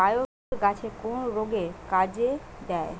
Biocure গাছের কোন রোগে কাজেদেয়?